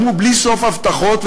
שמעו בלי סוף הבטחות,